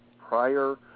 prior